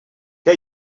què